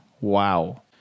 Wow